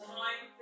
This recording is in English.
time